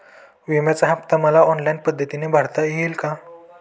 विम्याचा हफ्ता मला ऑनलाईन पद्धतीने भरता येईल का?